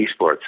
eSports